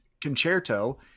concerto